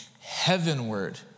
heavenward